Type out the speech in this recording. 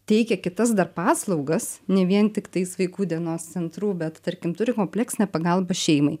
teikia kitas dar paslaugas ne vien tiktais vaikų dienos centrų bet tarkim turi kompleksinę pagalbą šeimai